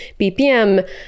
BPM